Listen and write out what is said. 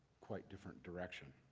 quite different direction,